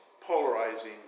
polarizing